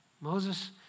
Moses